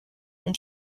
and